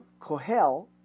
Kohel